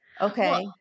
okay